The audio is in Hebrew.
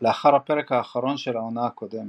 לאחר הפרק האחרון של העונה הקודמת.